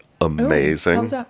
Amazing